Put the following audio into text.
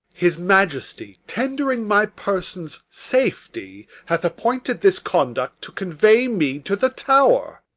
his majesty, tendering my person's safety, hath appointed this conduct to convey me to the tower.